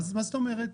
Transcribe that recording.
מה זאת אומרת?